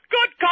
Good